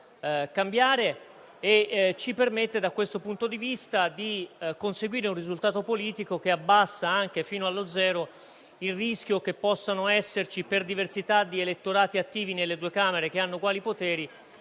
cambiare. Ci permette da questo punto di vista di conseguire un risultato politico, che abbassa anche fino allo zero il rischio che possano esserci, per diversità di elettorati attivi nelle due Camere che hanno uguali poteri,